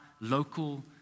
local